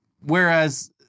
Whereas